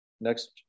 Next